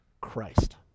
Christ